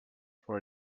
for